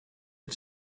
het